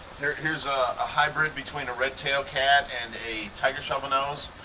here's here's ah a hybrid between a redtail cat and a tiger shovelnose.